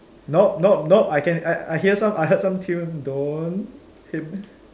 no no no I can I hear some I heard some tune don't hymn